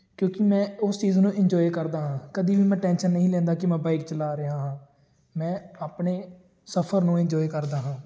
ਕਿਉਂਕਿ ਮੈਂ ਉਸ ਚੀਜ਼ ਨੂੰ ਇੰਜੋਏ ਕਰਦਾ ਹਾਂ ਕਦੇ ਵੀ ਮੈਂ ਟੈਂਸ਼ਨ ਨਹੀਂ ਲੈਂਦਾ ਕਿ ਮੈਂ ਬਾਈਕ ਚਲਾ ਰਿਹਾ ਹਾਂ ਮੈਂ ਆਪਣੇ ਸਫ਼ਰ ਨੂੰ ਇੰਜੋਏ ਕਰਦਾ ਹਾਂ